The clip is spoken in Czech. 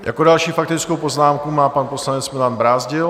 Jako další faktickou poznámku má pan poslanec Milan Brázdil.